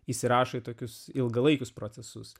įsirašo į tokius ilgalaikius procesus